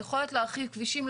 היכולת להרחיב כבישים,